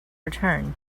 return